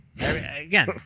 Again